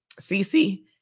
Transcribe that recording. CC